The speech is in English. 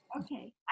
Okay